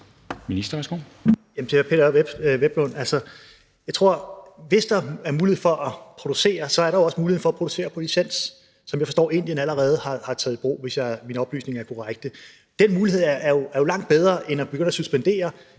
Hvelplund, at jeg tror, at hvis der er mulighed for at producere, så er der også mulighed for at producere på licens, og jeg forstår, at Indien allerede har taget den mulighed i brug, hvis mine oplysninger er korrekte. Det er jo langt bedre at bruge den mulighed